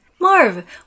Marv